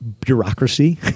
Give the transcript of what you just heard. bureaucracy